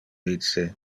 vice